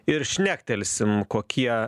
ir šnektelsim kokie